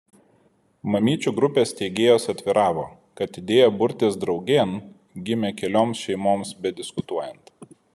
mamyčių grupės steigėjos atviravo kad idėja burtis draugėn gimė kelioms šeimoms bediskutuojant